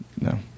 No